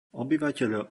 obyvateľ